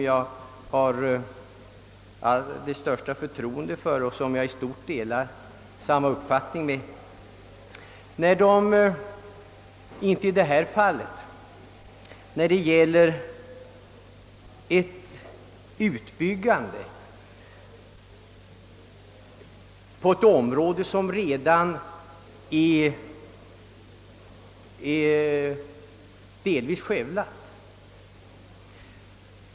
Jag har det största förtroende för dem och deras uppfattning delar jag i stort — men i detta fall gäller det ju en utbyggnad på ett område som redan är delvis skövlat.